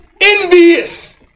Envious